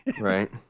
Right